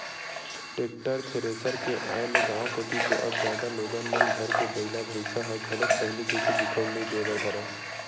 tractor, thresher के आय ले गाँव कोती तो अब जादा लोगन मन घर बइला भइसा ह घलोक पहिली जइसे दिखउल नइ देय बर धरय